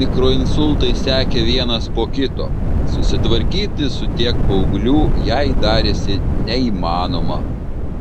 mikroinsultai sekė vienas po kito susitvarkyti su tiek paauglių jai darėsi neįmanoma